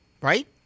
right